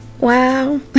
Wow